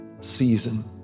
season